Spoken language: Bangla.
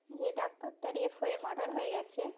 যে ডাক্তারটা রেপ হয়ে মার্ডার হয়ে গিয়েছে